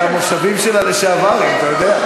אלה המושבים של הלשעברים, אתה יודע.